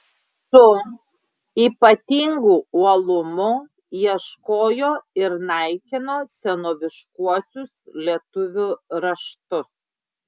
su ypatingu uolumu ieškojo ir naikino senoviškuosius lietuvių raštus